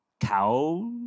Cow